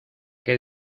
qué